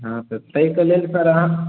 हाँ सर ताहिके लेल सर अहाँ